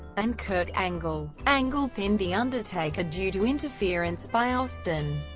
and kurt angle. angle pinned the undertaker due to interference by austin.